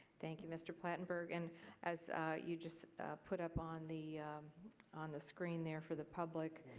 thank you mr. platenberg. and as you just put up on the on the screen there for the public,